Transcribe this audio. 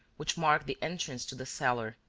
which marked the entrance to the cellar,